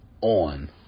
on